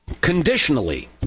conditionally